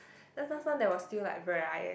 las~ last time there was still like varie~